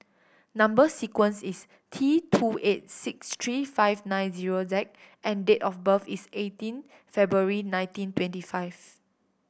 number sequence is T two eight six three five nine zero Z and date of birth is eighteen February nineteen twenty five